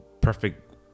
perfect